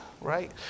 right